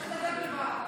שיסתדר לבד.